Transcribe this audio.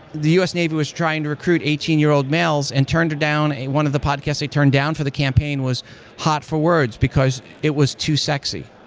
the u s. navy was trying to recruit eighteen year old males and turned down one of the podcast, they turned down for the campaign was hot for words, because it was too sexy.